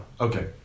Okay